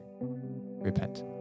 repent